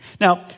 Now